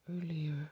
earlier